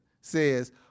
says